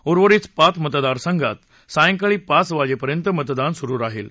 उर्वरित पाच मतदारसंघात सायंकाळी पाच वाजेपर्यंत मतदान सुरू राहील